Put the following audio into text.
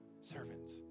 servants